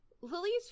Lily's